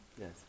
Yes